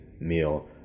meal